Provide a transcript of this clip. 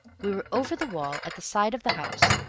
we were over the wall, at the side of the house,